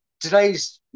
today's